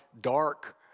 dark